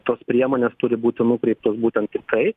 tos priemonės turi būti nukreiptos būtent į tai